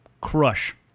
crush